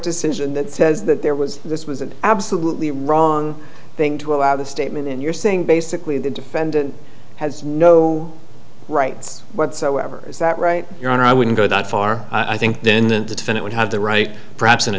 decision that says that there was this was an absolutely wrong thing to allow this statement and you're saying basically the defendant has no rights whatsoever is that right your honor i wouldn't go that far i think then the senate would have the right perhaps in